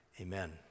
Amen